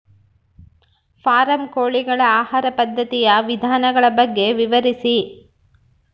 Form ಕೋಳಿಗಳ ಆಹಾರ ಪದ್ಧತಿಯ ವಿಧಾನಗಳ ಬಗ್ಗೆ ವಿವರಿಸಿ?